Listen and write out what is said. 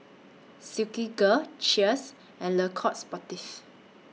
Silkygirl Cheers and Le Coq Sportif